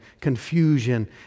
confusion